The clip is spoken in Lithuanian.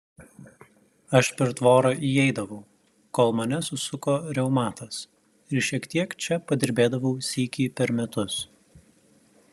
aš per tvorą įeidavau kol mane susuko reumatas ir šiek tiek čia padirbėdavau sykį per metus